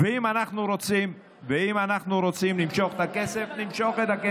ואם אנחנו רוצים למשוך את הכסף,